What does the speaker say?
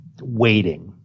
waiting